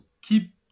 keep